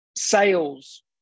Sales